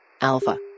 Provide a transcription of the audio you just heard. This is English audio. Alpha